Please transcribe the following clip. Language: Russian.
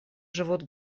живут